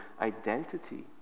identity